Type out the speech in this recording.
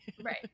right